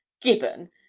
gibbon